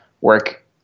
work